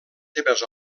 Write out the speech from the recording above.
seves